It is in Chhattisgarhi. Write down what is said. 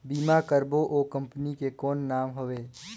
बीमा करबो ओ कंपनी के कौन नाम हवे?